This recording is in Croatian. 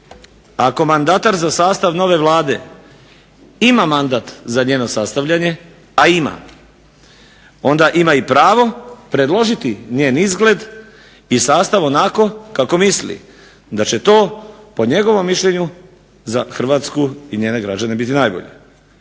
ako mandatar za sastav nove Vlade ima mandat za njeno sastavljanje, a ima, onda ima i pravo predložiti njen izgled i sastav onako kako misli da će to po njegovom mišljenju za Hrvatsku i njene građane biti najbolje.